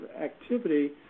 activity